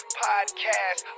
podcast